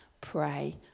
pray